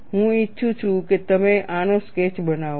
હું ઈચ્છું છું કે તમે આનો સ્કેચ બનાવો